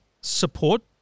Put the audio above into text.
support